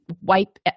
wipe